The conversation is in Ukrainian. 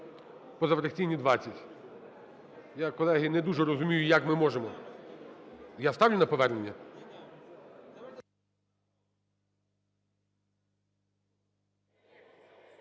позафракційні – 20. Я, колеги, не дуже розумію, як ми можемо. Я ставлю на повернення?